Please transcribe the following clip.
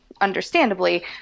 understandably